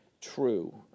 true